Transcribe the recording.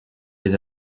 les